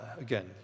Again